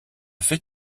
fait